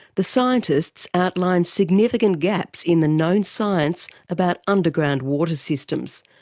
the scientists outlined significant gaps in the known science about underground water systems.